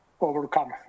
overcome